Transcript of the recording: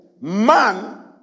Man